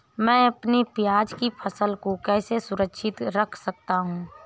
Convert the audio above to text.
मैं अपनी प्याज की फसल को कैसे सुरक्षित रख सकता हूँ?